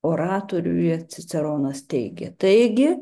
oratoriuje ciceronas teigia taigi